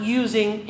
using